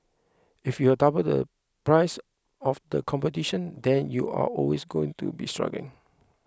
if you are double the price of the competition then you are always going to be struggling